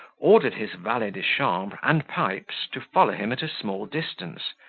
ordered his valet-de-chambre and pipes to follow him at a small distance,